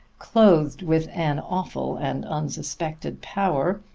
clothed with an awful and unsuspected power,